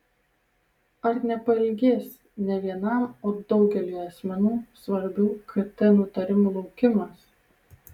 ar nepailgės ne vienam o daugeliui asmenų svarbių kt nutarimų laukimas